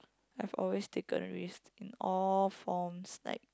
I've always taken risk in all forms like